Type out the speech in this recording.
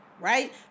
right